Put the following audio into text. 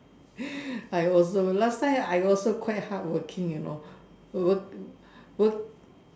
I also last time I also quite hard working you know work work